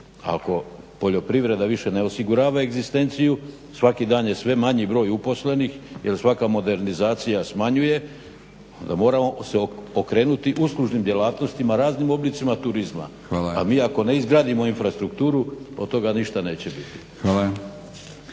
ako poljoprivreda više ne osigurava egzistenciju, svaki dan je sve manji broj uposlenih jer svaka modernizacija smanjuje, moramo se okrenuti uslužnim djelatnostima, raznim oblicima turizma. A mi ako ne izgradimo infrastrukturu od toga ništa neće biti.